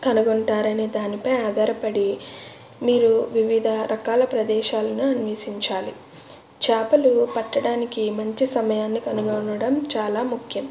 కనుగొంటారు అనే దానిపై ఆధారపడి మీరు వివిధ రకాల ప్రదేశాలను అన్వేషించాలి చాపలు పట్టడానికి మంచి సమయాన్ని కనుగొనడం చాలా ముఖ్యం